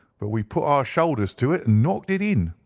but we put our shoulders to it, and knocked it in.